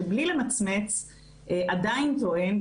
שבלי למצמץ עדיין טוען,